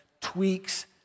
tweaks